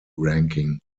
ranking